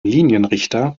linienrichter